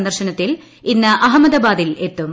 സന്ദർശനത്തിൽ ഇന്ന് അഹമ്മദാബാദിൽ എത്തും